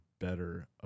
better